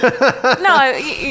no